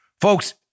Folks